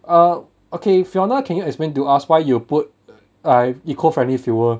err okay fiona can you explain to us why you put like eco friendly fuel